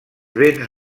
vents